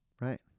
Right